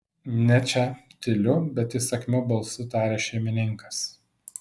ne čia tyliu bet įsakmiu balsu taria šeimininkas